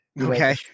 okay